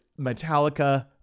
Metallica